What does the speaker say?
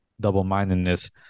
double-mindedness